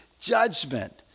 judgment